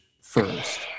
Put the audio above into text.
first